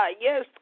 yes